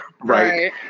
Right